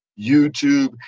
YouTube